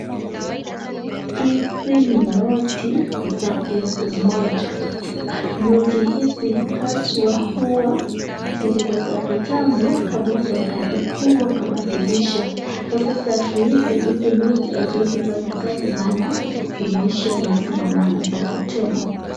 Hizi ni noti za elfu moja. Noti hizi haswa huwa zilikuwa za kitambo kabla serikali kuu wakabadilisha. Na sasa hivi hizi noti haziwezi fanya kazi maana zimeisha na hazina maana zake tena.